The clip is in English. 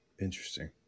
Interesting